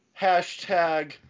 hashtag